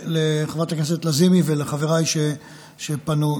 לחברת הכנסת לזימי ולחבריי שפנו.